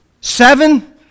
Seven